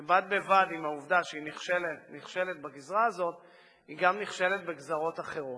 שבד בבד עם העובדה שהיא נכשלת בגזרה הזאת היא גם נכשלת בגזרות האחרות,